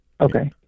Okay